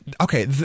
Okay